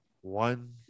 One